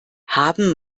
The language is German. haben